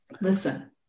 listen